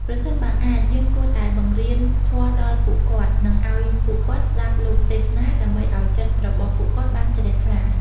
ប្រសិនបើអាច យើងគួរតែបង្រៀនធម៌ដល់ពួកគាត់ និងឲ្យពួកគាត់ស្តាប់លោកទេសនា ដើម្បីឲ្យចិត្តរបស់ពួកគាត់បានជ្រះថ្លា។